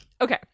Okay